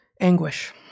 Anguish